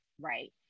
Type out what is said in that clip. right